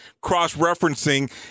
cross-referencing